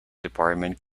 department